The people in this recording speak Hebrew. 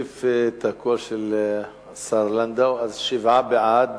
להוסיף את הקול של השר לנדאו, אז שבעה בעד,